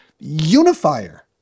unifier